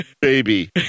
baby